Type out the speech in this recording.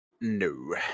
No